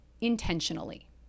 intentionally